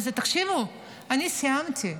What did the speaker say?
תקשיבו, אני סיימתי.